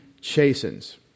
chastens